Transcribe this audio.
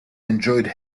enjoyed